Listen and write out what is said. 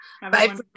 Bye